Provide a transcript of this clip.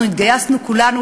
אנחנו התגייסנו כולנו,